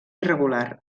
irregular